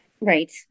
right